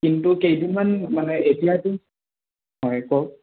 কিন্তু কেইদিনমান মানে এতিয়টো হয় কওক